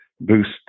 boost